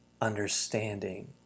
understanding